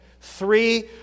Three